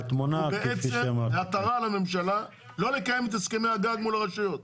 ובעצם עטרה על הממשלה לא לקיים את הסכמי הגג מול הרשויות.